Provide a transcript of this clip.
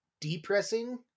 depressing